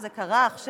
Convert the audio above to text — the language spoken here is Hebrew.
זה קרה עכשיו,